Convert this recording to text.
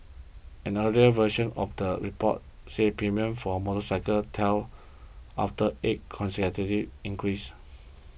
an earlier version of the report said premiums for motorcycles tell after eight consecutive increases